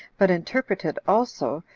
but interpreted also,